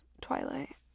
Twilight